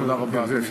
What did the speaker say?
תודה רבה, אדוני.